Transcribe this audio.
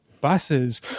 buses